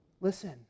Listen